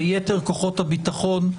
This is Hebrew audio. ביתר כוחות הביטחון,